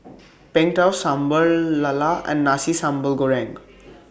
Png Tao Sambal Lala and Nasi Sambal Goreng